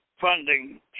funding